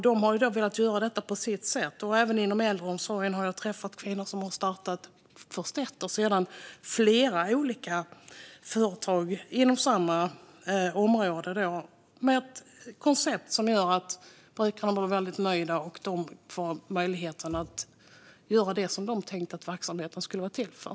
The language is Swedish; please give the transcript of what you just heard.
De har velat göra detta på sitt sätt. Även inom äldreomsorgen har jag träffat kvinnor som har startat först ett och sedan flera olika företag inom samma område med ett koncept som har gjort brukarna väldigt nöjda och där kvinnorna som startat företagen fått möjligheten att göra det som de har tänkt att verksamheten skulle vara till för.